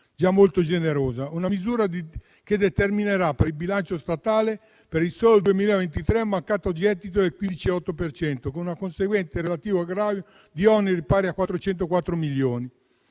già molto generoso; una misura che determinerà per il bilancio statale, per il solo 2023, un mancato gettito del 15,8 per cento, con conseguente relativo aggravio di oneri pari a 404 milioni.